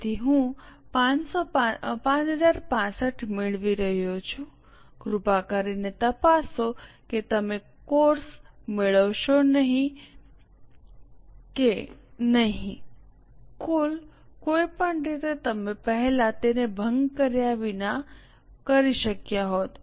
તેથી હું 5065 મેળવી રહ્યો છું કૃપા કરીને તપાસો કે તમે કોર્સ મેળવશો કે નહીં કુલ કોઈ પણ રીતે તમે પહેલાં તેને ભંગ કર્યા વિના કરી શક્યા હોત